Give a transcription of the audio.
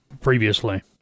previously